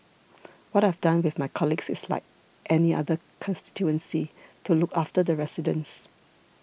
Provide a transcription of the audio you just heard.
what I've done with my colleagues is like any other constituency to look after the residents